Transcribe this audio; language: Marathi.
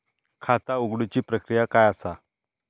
खाता उघडुची प्रक्रिया काय असा?